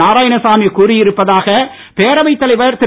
நாராயணசாமி கூறியிருப்பதாக பேரவைத் தலைவர் திரு